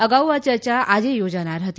અગાઉ આ ચર્ચા આજે યોજાનાર હતી